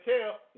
tell